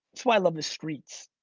so i love the streets.